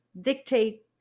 dictate